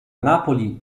napoli